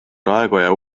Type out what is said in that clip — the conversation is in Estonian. raekoja